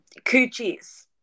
Coochies